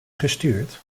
gestuurd